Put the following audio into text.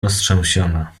roztrzęsiona